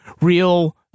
real